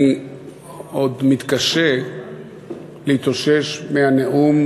אני עוד מתקשה להתאושש מהנאום